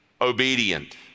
obedient